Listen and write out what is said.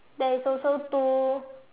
there is also two